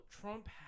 Trump